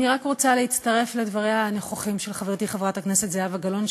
אני רק רוצה להצטרף לדבריה הנכוחים של חברתי חברת הכנסת זהבה גלאון,